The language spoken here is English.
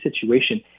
situation